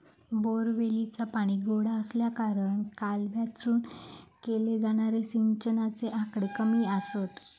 बोअरवेलीचा पाणी गोडा आसल्याकारणान कालव्यातसून केले जाणारे सिंचनाचे आकडे कमी आसत